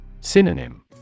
Synonym